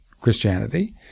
Christianity